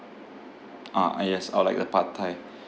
uh ah yes I would like the pad thai